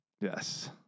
Yes